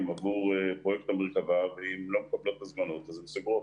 עבור פרויקט המרכבה ואם הן לא מקבלות הזמנות הן סוגרות,